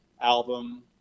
album